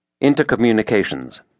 Intercommunications